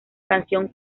canción